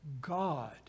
God